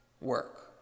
work